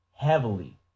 heavily